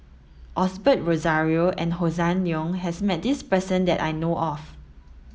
Osbert Rozario and Hossan Leong has met this person that I know of